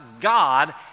God